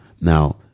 Now